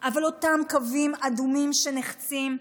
אבל אותם קווים אדומים שנחצים,